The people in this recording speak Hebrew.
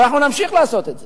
אבל אנחנו נמשיך לעשות את זה,